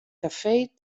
kafee